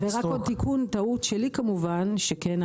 חה"כ אורית סטרוק, בבקשה.